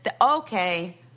Okay